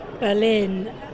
Berlin